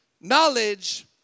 knowledge